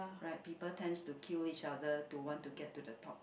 right people tend to kill each other to want to get to the top